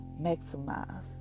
maximize